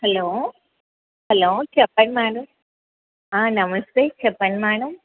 hello hello చెప్పండి madam నమస్తే చెప్పండి మ్యాడం